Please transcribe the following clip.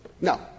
No